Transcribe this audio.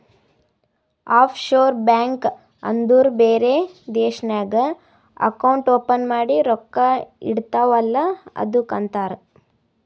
of sure bank ಅಂದುರ್ ಬೇರೆ ದೇಶ್ನಾಗ್ ಅಕೌಂಟ್ ಓಪನ್ ಮಾಡಿ ರೊಕ್ಕಾ ಇಡ್ತಿವ್ ಅಲ್ಲ ಅದ್ದುಕ್ ಅಂತಾರ್